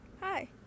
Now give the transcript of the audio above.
hi